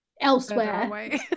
elsewhere